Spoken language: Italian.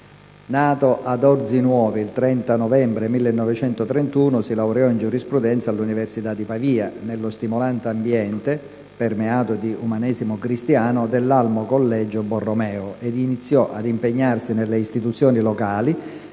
Nato ad Orzinuovi il 30 novembre 1931, si laureò in giurisprudenza all'università di Pavia, nello stimolante ambiente - permeato di umanesimo cristiano - dell'Almo Collegio Borromeo, ed iniziò ad impegnarsi nelle istituzioni locali,